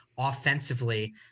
offensively